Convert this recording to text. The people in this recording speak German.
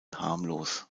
harmlos